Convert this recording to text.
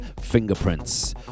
Fingerprints